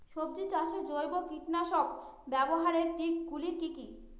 সবজি চাষে জৈব কীটনাশক ব্যাবহারের দিক গুলি কি কী?